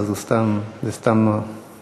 אבל זו סתם הצעה למחשבה.